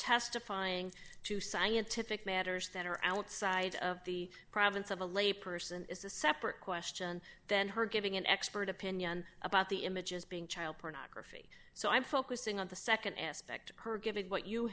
testifying to scientific matters that are outside of the province of a lay person is a separate question than her giving an expert opinion about the images being child pornography so i'm focusing on the nd aspect of her given what you